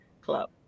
Club